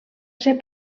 ser